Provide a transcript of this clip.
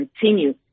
continue